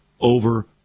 over